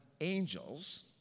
angels